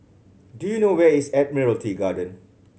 do you know where is Admiralty Garden